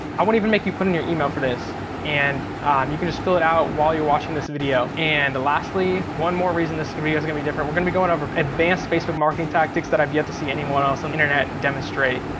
i won't even make you put it your email for this. and you can just fill it out while you're watching this video. and lastly, one more reason this yeah is gonna be different. we're gonna be going over advanced facebook marketing tactics that i've yet to see anyone else on the internet demonstrate.